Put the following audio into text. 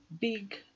big